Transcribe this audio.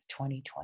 2020